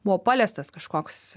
buvo paleistas kažkoks